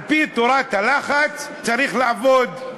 על-פי תורת הלחץ, צריך לעבוד,